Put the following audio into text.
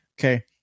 Okay